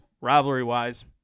rivalry-wise